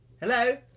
Hello